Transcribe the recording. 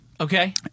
okay